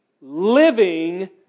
living